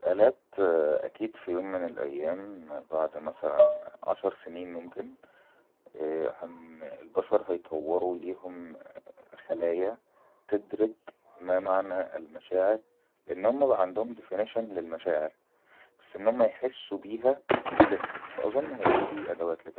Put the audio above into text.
الالات اكيد في يوم من الايام بعد مثلن ءءء عشر سنين ممكن البشر هيتوروا لهم خلايا تدرك ما معنى المشاعر لانهم بي عندهم دفينشن للمشاعر بس انهم يحسوا بيها لسه فأظن هبقى فيه ادوات لكده